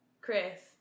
Chris